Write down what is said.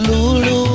Lulu